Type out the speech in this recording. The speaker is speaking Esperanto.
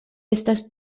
estas